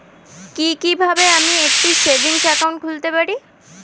কি কিভাবে আমি একটি সেভিংস একাউন্ট খুলতে পারি?